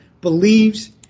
believes